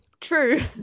true